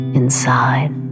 inside